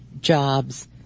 jobs